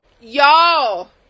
Y'all